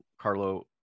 Carlo